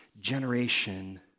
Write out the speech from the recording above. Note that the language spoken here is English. generation